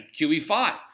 QE5